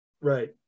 Right